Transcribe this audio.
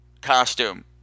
costume